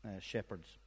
shepherds